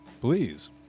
Please